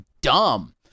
dumb